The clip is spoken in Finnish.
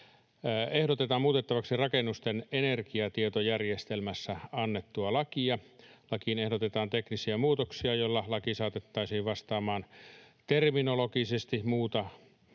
ehdotetaan muutettavaksi rakennusten energiatodistustietojärjestelmästä annettua lakia. Lakiin ehdotetaan teknisiä muutoksia, joilla laki saatettaisiin vastaamaan terminologisesti muuta